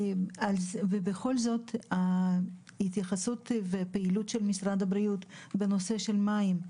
ובכל זאת ההתייחסות בפעילות של משרד הבריאות בנושא של מים,